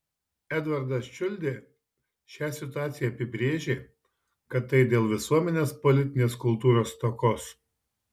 edvardas čiuldė šią situaciją apibrėžė kad tai dėl visuomenės politinės kultūros stokos